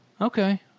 Okay